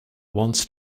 wants